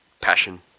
passion